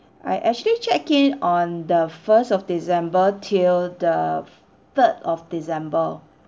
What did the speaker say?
I actually check in on the first of december till the third of december